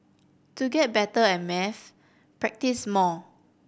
to get better at maths practise more